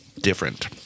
different